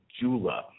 Jula